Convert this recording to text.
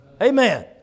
Amen